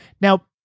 Now